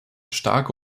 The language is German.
starke